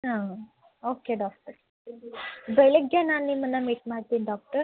ಹಾಂ okay doctor ಬೆಳಿಗ್ಗೆ ನಾ ನಿಮನ್ನು ಮೀಟ್ ಮಾಡ್ತೀನಿ ಡಾಕ್ಟರ್